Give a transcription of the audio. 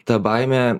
ta baimė